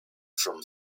from